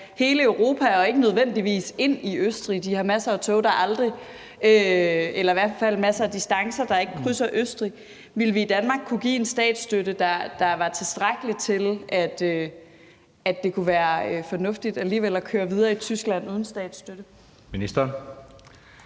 hele Europa og ikke nødvendigvis ind i Østrig. De har masser af tog eller i hvert fald masser af distancer, der ikke krydser Østrig. Ville vi i Danmark kunne give en statsstøtte, der var tilstrækkelig til, at det kunne være fornuftigt alligevel at køre videre i Tyskland uden statsstøtte? Kl.